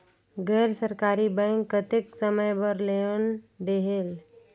गैर सरकारी बैंक कतेक समय बर लोन देहेल?